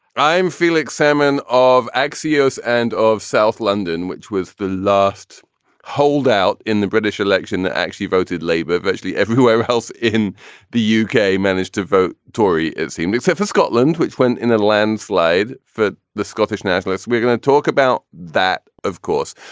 i'm felix salmon of axios and of south london, which was the last holdout in the british election that actually voted labour. virtually every whoever else in the u k. managed to vote tory, it seemed, except for scotland, which went in a landslide for the scottish nationalists. we're going to talk about that. of course,